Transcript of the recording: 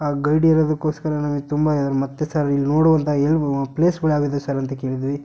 ಆ ಗೈಡ್ ಇರೋದಕ್ಕೋಸ್ಕರ ನಮಗೆ ತುಂಬ ಮತ್ತೆ ಸರ್ ಇಲ್ಲಿ ನೋಡುವಂಥ ಎಲ್ಲ ಪ್ಲೇಸ್ಗಳು ಯಾವಿದಾವೆ ಸರ್ ಅಂತ ಕೇಳಿದ್ವಿ